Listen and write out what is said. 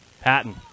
Patton